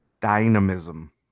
Dynamism